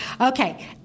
Okay